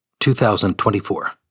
2024